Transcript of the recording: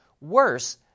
Worse